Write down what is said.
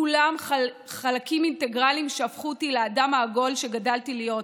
כולם חלקים אינטגרליים שהפכו אותי לאדם העגול שגדלתי להיות,